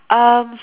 um